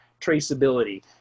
traceability